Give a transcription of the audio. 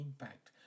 impact